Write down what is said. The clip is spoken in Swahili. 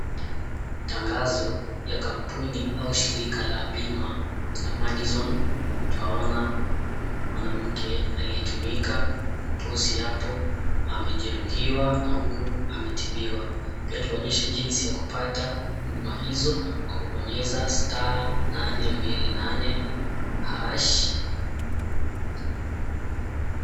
Tangazo ya kampuni au shirika la bima Madison. Twaona mwanamke aliyetumika kupozi hapo amejeruhiwa na huku ametibiwa. Pia twaonyeshwa jinsi ya kupata huduma hizo kwa kubonyeza *828#.